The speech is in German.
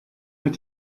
hat